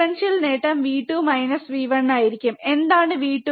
differential നേട്ടം V2 V1 ആയിരിക്കും എന്താണ് V2